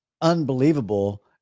unbelievable